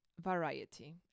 variety